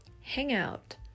hangout